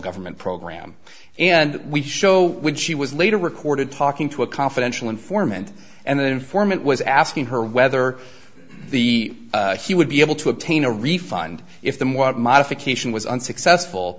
government program and we show when she was later recorded talking to a confidential informant and the informant was asking her whether the she would be able to obtain a refund if them what modification was unsuccessful